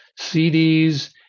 CDs